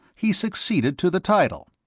he succeeded to the title.